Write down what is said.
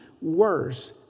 worse